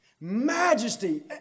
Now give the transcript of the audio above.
majesty